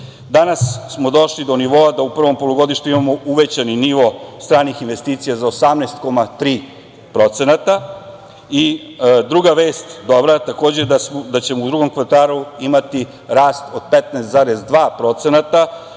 Danas smo došli do nivoa da u prvom polugodištu imamo uvećani nivo stranih investicija za 18,3% i druga vest, dobra, takođe, da ćemo u drugom kvartalu imati rast od 15,2%,